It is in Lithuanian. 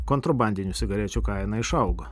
kontrabandinių cigarečių kaina išaugo